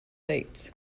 bates